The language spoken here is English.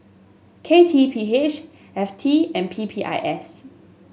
K T P H F T and P P I S